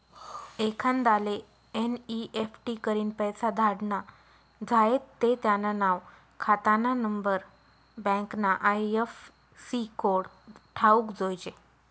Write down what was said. एखांदाले एन.ई.एफ.टी करीन पैसा धाडना झायेत ते त्यानं नाव, खातानानंबर, बँकना आय.एफ.सी कोड ठावूक जोयजे